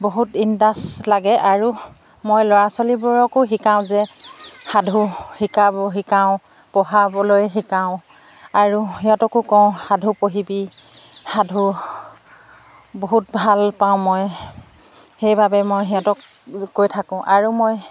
বহুত ইণ্টাৰেষ্ট লাগে আৰু মই ল'ৰা ছোৱালীবোৰকো শিকাওঁ যে সাধু শিকাব শিকাওঁ পঢ়াবলৈ শিকাওঁ আৰু সিহঁতকো কওঁ সাধু পঢ়িবি সাধু বহুত ভাল পাওঁ মই সেইবাবে মই সিহঁতক কৈ থাকোঁ আৰু মই